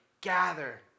gather